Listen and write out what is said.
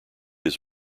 his